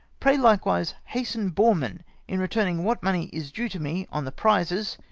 pray, likewise hasten boreman in re turning what money is due to me on the prizes,